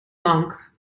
mank